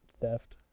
theft